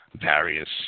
various